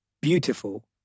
beautiful